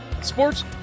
sports